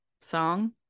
song